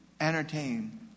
entertain